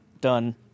Done